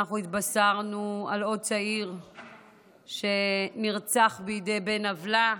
והתבשרנו היום על עוד צעיר שנרצח בידי בן עוולה,